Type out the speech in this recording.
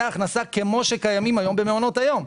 הכנסה כמו שקיימים היום במעונות היום,